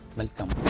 welcome